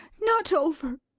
not over.